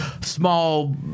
small